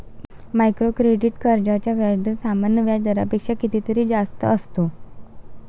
micro credit कर्जांचा व्याजदर सामान्य व्याज दरापेक्षा कितीतरी जास्त असतो